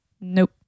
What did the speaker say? Nope